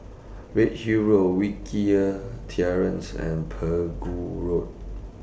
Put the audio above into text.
Redhill Road Wilkie Terrace and Pegu Road